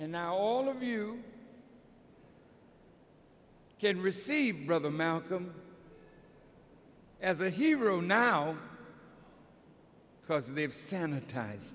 and now all of you can receive brother malcolm as a hero now because they've sanitize